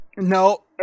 No